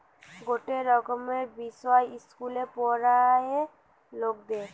গটে রকমের বিষয় ইস্কুলে পোড়ায়ে লকদের